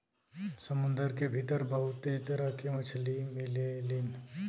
समुंदर के भीतर बहुते तरह के मछली मिलेलीन